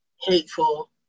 hateful